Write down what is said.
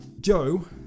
Joe